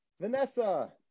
Vanessa